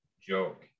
joke